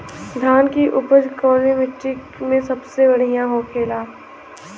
धान की उपज कवने मिट्टी में सबसे बढ़ियां होखेला?